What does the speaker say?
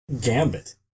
Gambit